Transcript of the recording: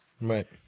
Right